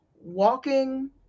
walking